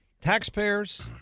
Taxpayers